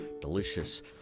delicious